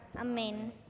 Amen